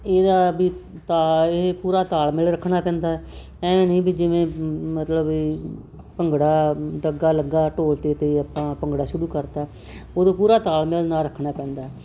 ਇਹਦਾ ਵੀ ਤਾਂ ਇਹ ਪੂਰਾ ਤਾਲਮੇਲ ਰੱਖਣਾ ਪੈਂਦਾ ਐਵੇਂ ਨਹੀਂ ਵੀ ਜਿਵੇਂ ਮਤਲਬ ਇਹ ਭੰਗੜਾ ਡੱਗਾ ਲੱਗਾ ਢੋਲ 'ਤੇ ਅਤੇ ਆਪਾਂ ਭੰਗੜਾ ਸ਼ੁਰੂ ਕਰਤਾ ਉਦੋਂ ਪੂਰਾ ਤਾਲਮੇਲ ਨਾਲ ਰੱਖਣਾ ਪੈਂਦਾ